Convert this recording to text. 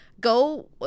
go